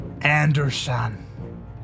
Anderson